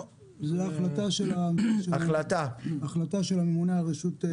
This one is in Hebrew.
לא, זו החלטה של הממונה על רשות שוק ההון.